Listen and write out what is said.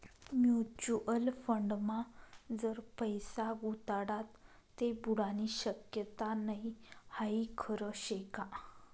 Mutual फंडमा जर पैसा गुताडात ते बुडानी शक्यता नै हाई खरं शेका?